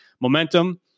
momentum